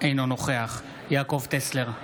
אינו נוכח יעקב טסלר,